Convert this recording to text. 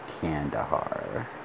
Kandahar